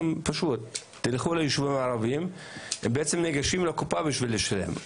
אם תלכו ליישובים ערביים תראו שהם ניגשים לקופה בשביל לשלם.